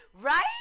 right